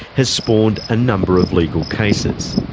has spawned a number of legal cases.